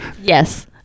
yes